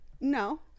No